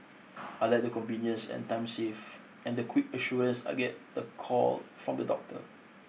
I like the convenience and time save and the quick assurance I get the call from the doctor